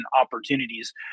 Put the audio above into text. opportunities